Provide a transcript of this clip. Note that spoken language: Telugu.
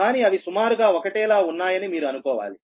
కానీ అవి సుమారుగా ఒకటే లా ఉన్నాయని మీరు అనుకోవాలి